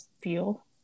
feel